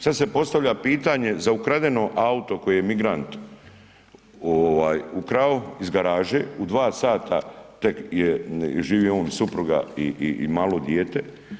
Sad se postavlja pitanje, za ukradeno auto koje je migrant ukrao iz garaže u 2 sata tek je živio je on i supruga i malo dijete.